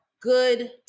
good